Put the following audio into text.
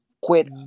quit